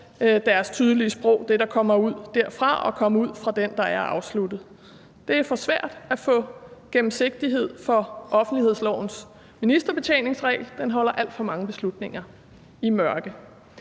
deres tydelige sprog med det, der kommer ud derfra og kom ud fra den, der er afsluttet. Det er for svært at få gennemsigtighed på grund af offentlighedslovens ministerbetjeningsregel – den holder alt for mange beslutninger i mørke.